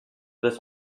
this